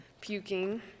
puking